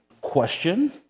Question